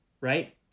right